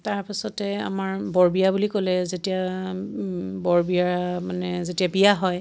তাৰ পাছতে আমাৰ বৰবিয়া বুলি ক'লে যেতিয়া বৰবিয়া মানে যেতিয়া বিয়া হয়